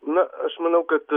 na aš manau kad